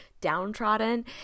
downtrodden